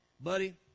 Buddy